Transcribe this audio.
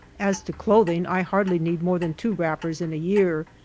as to clothing, i hardly need more than two wrap pers in a year,